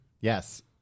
yes